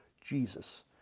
Jesus